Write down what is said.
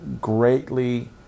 greatly